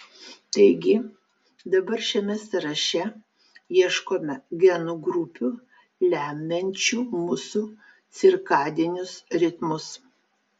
taigi dabar šiame sąraše ieškome genų grupių lemiančių mūsų cirkadinius ritmus